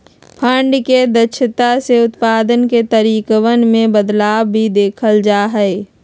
fund के दक्षता से उत्पाद के तरीकवन में बदलाव भी देखल जा हई